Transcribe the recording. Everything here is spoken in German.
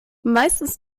meistens